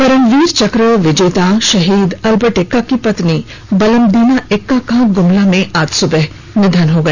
परमवीर चक्र विजेता शहीद अल्बर्ट एक्का की पत्नी बलमदीना एक्का का गुमला में आज सुबह निधन हो गया